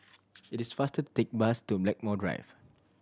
it is faster to take bus to Blackmore Drive